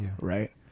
right